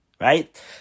right